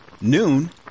noon